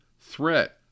Threat